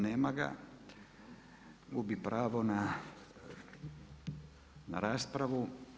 Nema ga, gubi pravo na raspravu.